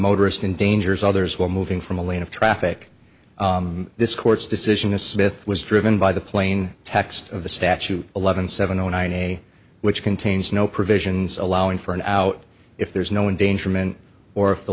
motorist in danger as others were moving from a lane of traffic this court's decision to smith was driven by the plain text of the statute eleven seven zero nine a which contains no provisions allowing for an out if there is no endangerment or if the